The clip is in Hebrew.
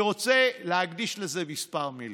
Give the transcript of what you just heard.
אני רוצה להקדיש לזה כמה מילים.